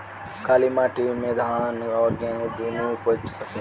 काली माटी मे धान और गेंहू दुनो उपज सकेला?